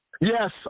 Yes